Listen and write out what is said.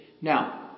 Now